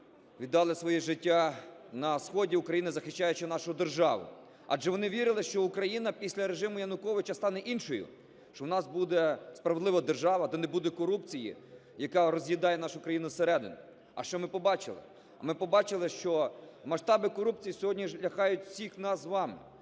віддали своє життя на сході України, захищаючи нашу державу? Адже вони вірили, що Україна після режиму Януковича стане іншою, що у нас буде справедлива держава, де не буде корупції, яка роз'їдає нашу країну зсередини. А що ми побачили? Ми побачили, що масштаби корупції сьогодні лякають всіх нас з вами,